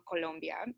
Colombia